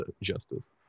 justice